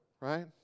right